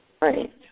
Right